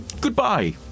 Goodbye